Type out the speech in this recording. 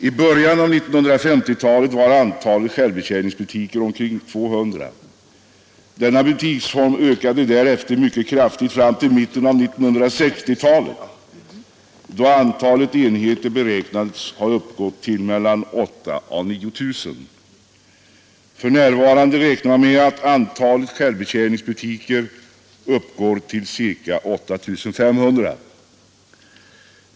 I början av 1950-talet var antalet självbetjäningsbutiker omkring 200. Denna butiksform ökade därefter mycket kraftigt fram till mitten av 1960-talet, då antalet enheter beräknades ha uppgått till 8 000—9 000. För närvarande räknar man med att antalet självbetjäningsbutiker uppgår till 8 500.